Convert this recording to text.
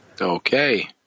Okay